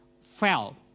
fell